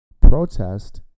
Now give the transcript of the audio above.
protest